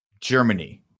Germany